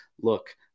look